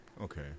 okay